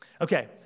Okay